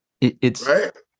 It's-